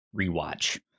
rewatch